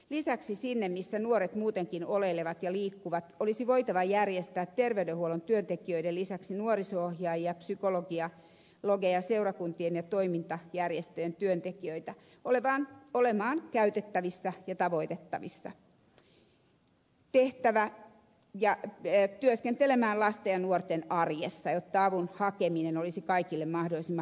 lisäksi sinne missä nuoret muutenkin oleilevat ja liikkuvat olisi voitava järjestää terveydenhuollon työntekijöiden lisäksi nuoriso ohjaajia psykologeja sekä seurakuntien ja toimintajärjestöjen työntekijöitä olemaan käytettävissä ja tavoitettavissa ja työskentelemään lasten ja nuorten arjessa jotta avun hakeminen olisi kaikille mahdollisimman helppoa